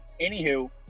anywho